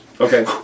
Okay